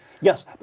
Yes